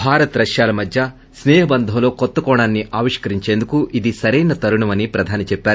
భారత్ రమ్యాల మధ్య స్పే హబంధంలో కొత్త కోణాన్ని ఆవిష్కరించేందుకు ఇది సరైన తరుణమని ప్రధాని చెప్పారు